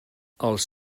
els